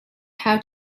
how